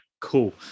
cool